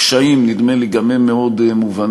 הקשיים, נדמה לי, גם הם מאוד מובנים.